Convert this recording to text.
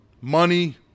money